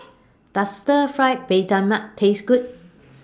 Does Stir Fried Mee Tai Mak Taste Good